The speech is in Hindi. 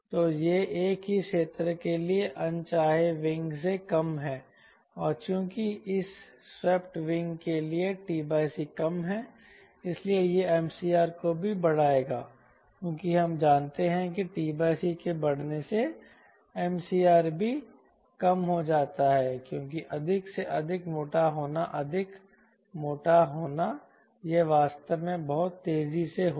तो यह एक ही क्षेत्र के लिए अनचाहे विंग से कम है और चूंकि इस स्वेप्ट विंग के लिए t c कम है इसलिए यह MCR को भी बढ़ाएगा क्योंकि हम जानते हैं कि t c के बढ़ने से MCR भी कम हो जाता है क्योंकि अधिक से अधिक मोटा होना अधिक मोटा होना यह वास्तव में बहुत तेजी से होगा